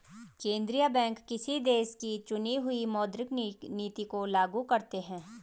केंद्रीय बैंक किसी देश की चुनी हुई मौद्रिक नीति को लागू करते हैं